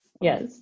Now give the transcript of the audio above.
Yes